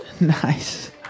nice